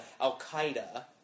Al-Qaeda